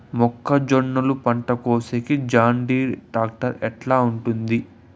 మొక్కజొన్నలు పంట కోసేకి జాన్డీర్ టాక్టర్ ఎట్లా ఉంటుంది?